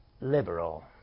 liberal